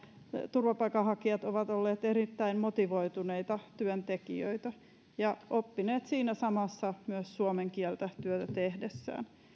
turvapaikanhakijat ovat olleet erittäin motivoituneita työntekijöitä ja oppineet siinä samassa myös suomen kieltä työtä tehdessään